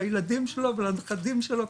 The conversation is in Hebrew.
לילדים שלו ולנכדים שלו,